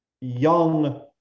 young